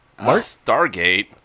Stargate